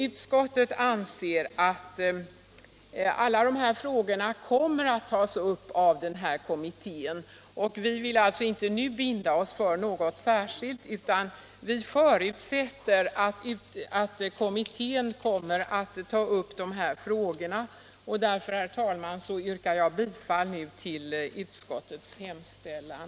Utskottet anser att alla dessa frågor kommer att tas upp av denna kommitté, och vi vill alltså inte nu binda oss för något särskilt, utan vi förutsätter att kommittén tar upp dessa frågor. Därför, herr talman, yrkar jag bifall till utskottets hemställan.